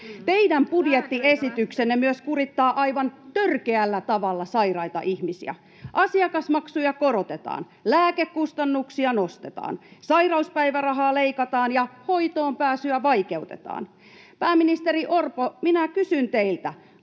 Teidän budjettiesityksenne myös kurittaa aivan törkeällä tavalla sairaita ihmisiä. Asiakasmaksuja korotetaan, lääkekustannuksia nostetaan, sairauspäivärahaa leikataan ja hoitoonpääsyä vaikeutetaan. Pääministeri Orpo, minä kysyn teiltä: